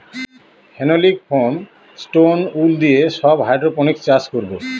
phenolic foam, stone wool দিয়ে সব hydroponics চাষ করাবো